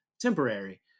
temporary